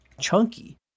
chunky